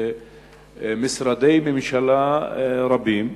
שמשרדי ממשלה רבים,